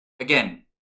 Again